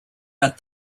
but